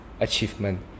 achievement